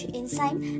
enzyme